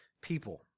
people